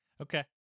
Okay